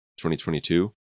2022